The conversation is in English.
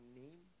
name